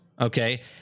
okay